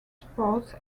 sports